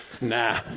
Nah